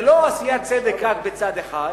זה לא עשיית צדק רק בצד אחד,